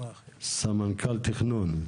סמנכ"ל תכנון.